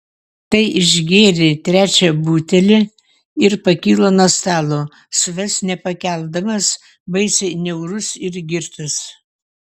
tai išgėrė trečią butelį ir pakilo nuo stalo savęs nepakeldamas baisiai niaurus ir girtas